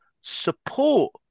support